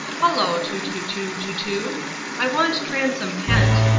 hullo, two, two, two, two, two i want transome kent.